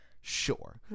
sure